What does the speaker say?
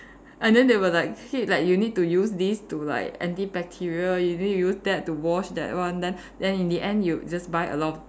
and then they will like shit like you need to use this to like anti-bacterial you need to use that to wash that one then then in the end you just buy a lot of things